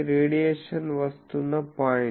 radiation వస్తున్న point